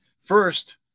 first